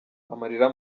amarira